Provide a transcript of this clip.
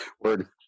Word